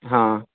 हँ